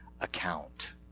account